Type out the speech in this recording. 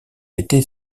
d’été